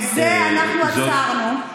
את זה אנחנו עצרנו.